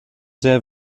sehr